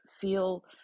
Feel